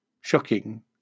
shocking